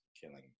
killing